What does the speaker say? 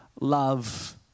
love